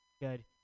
Good